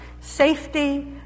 safety